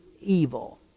evil